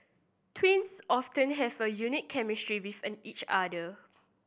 twins often have a unique chemistry with each other